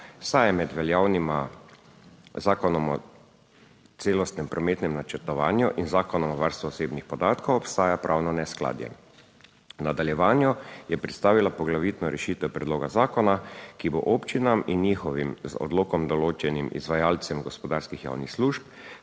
saj je med veljavnima zakonom o celostnem prometnem načrtovanju in Zakonom o varstvu osebnih podatkov obstaja pravno neskladje. V nadaljevanju je predstavila poglavitno rešitev predloga zakona, ki bo občinam in njihovim z odlokom določenim izvajalcem gospodarskih javnih služb.